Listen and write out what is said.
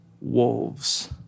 wolves